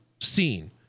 seen